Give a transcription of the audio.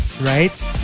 right